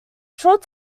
short